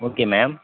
okay ma'am